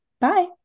bye